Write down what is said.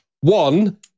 One